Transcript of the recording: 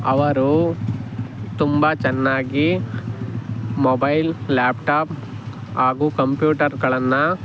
ಅವರೂ ತುಂಬ ಚೆನ್ನಾಗಿ ಮೊಬೈಲ್ ಲ್ಯಾಪ್ಟಾಪ್ ಹಾಗೂ ಕಂಪ್ಯೂಟರ್ಗಳನ್ನು